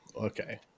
okay